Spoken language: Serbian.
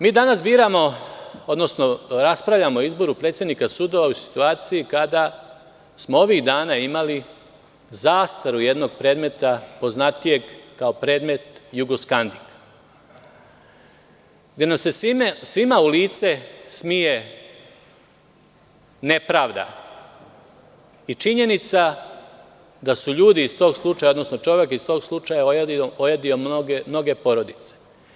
Mi danas biramo, odnosno raspravljamo o izboru predsednika sudova u situaciji kada smo ovih dana imali zastor jednog predmeta poznatijeg kao predmet „Jugoskandik“, gde nam se svima u lice smeje nepravda i činjenica da su ljudi iz tog slučaja, odnosno čovek iz tog slučaja ojadio mnoge porodice.